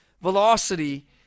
velocity